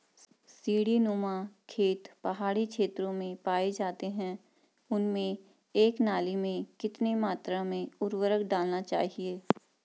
सीड़ी नुमा खेत पहाड़ी क्षेत्रों में पाए जाते हैं उनमें एक नाली में कितनी मात्रा में उर्वरक डालना चाहिए?